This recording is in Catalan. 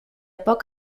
poc